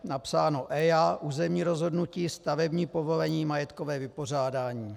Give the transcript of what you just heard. /EIA, územní rozhodnutí, stavební povolení, majetkové vypořádání./